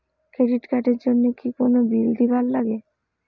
Credit card এর জন্যে কি কোনো বিল দিবার লাগে?